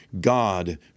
God